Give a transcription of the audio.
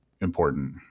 important